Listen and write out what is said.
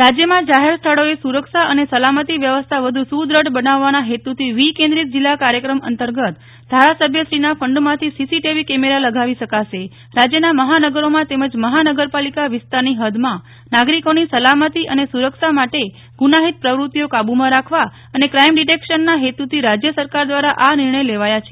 રાજ્યમાં જાહેર સ્થળોએ સુરક્ષા અને સલામતી વ્યવસ્થા વ્ધુ સુદ્દઢ બનાવવાના હેતુથી વિકેન્દ્રિત જિલ્લા કાર્યક્રમ અંતર્ગત ધારાસભ્યશ્રીના ફંડમાંથી સીસીટીવી કેમેરા લગાવી શકાશે રાજયના મહાનગરોમાં તેમજ મહાનગરપાલિકા વિસ્તારની હદમાં નાગરિકોની સલામતી અને સુરક્ષા માટેગુનાહિત પ્રવૃતિઓ કાબ્માં રાખવા અને ક્રાઇમ ડિટેક્શનના હેત્રથી રાજ્ય સરકાર દ્વારા આ નિર્ણ ય લે વાયા છે